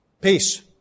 peace